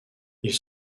ils